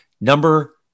Number